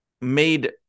made